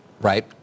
Right